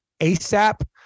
ASAP